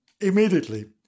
immediately